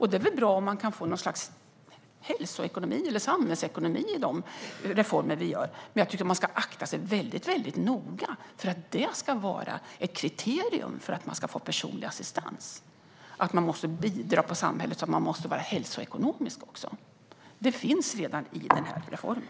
Det är bra om vi kan få en hälsoekonomi eller samhällsekonomi i de reformer vi gör, men man ska akta sig noga för att göra det till ett kriterium för att få personlig assistans att man måste bidra till samhället och vara hälsoekonomisk. Det finns redan i reformen.